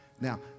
Now